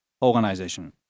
organization